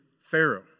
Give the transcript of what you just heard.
Pharaoh